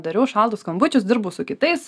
dariau šaltus skambučius dirbau su kitais